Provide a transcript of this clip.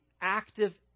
active